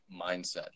mindset